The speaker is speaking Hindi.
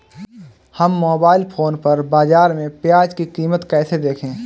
हम मोबाइल फोन पर बाज़ार में प्याज़ की कीमत कैसे देखें?